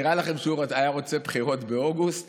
נראה לכם שהוא היה רוצה בחירות באוגוסט